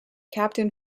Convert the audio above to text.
captain